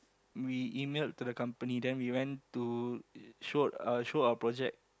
we emailed to the company then we went to showed uh show our project